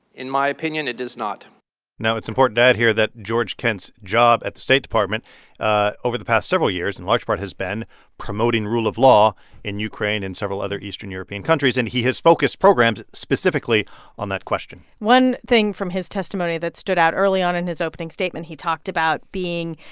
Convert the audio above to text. in my opinion, it is not now, it's important to add here that george kent's job at the state department ah over the past several years, in large part, has been promoting rule of law in ukraine and several other eastern european countries. and he has focused programs specifically on that question one thing from his testimony testimony that stood out early on in his opening statement, he talked about being,